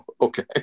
Okay